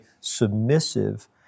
submissive